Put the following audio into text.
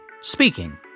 Speaking